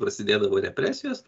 prasidėdavo represijos